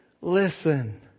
listen